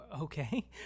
Okay